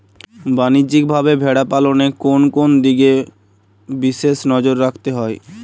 বাণিজ্যিকভাবে ভেড়া পালনে কোন কোন দিকে বিশেষ নজর রাখতে হয়?